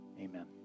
Amen